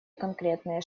конкретные